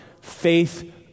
faith